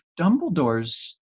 dumbledore's